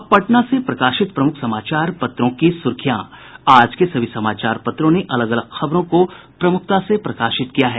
अब पटना से प्रकाशित प्रमुख समाचार पत्रों की सुर्खियां आज के सभी समाचार पत्रों ने अलग अलग खबरों को प्रमुखता से प्रकाशित किया है